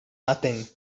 nothing